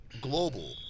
global